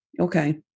Okay